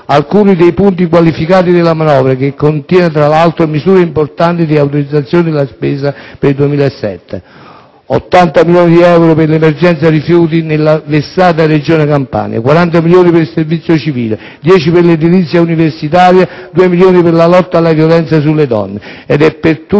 alcuni dei punti qualificati della manovra, che contiene, tra l'altro, misure importanti di autorizzazione della spesa per il 2007: 80 milioni di euro per l'emergenza rifiuti nella vessata Regione Campania; 40 milioni per il servizio civile; 10 milioni per l'edilizia universitaria; 2 milioni per la lotta alle violenza sulle donne.